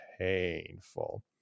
painful